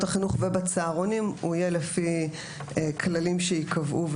החינוך ובצהרונים יהיה בריא ולפי כללים שייקבעו.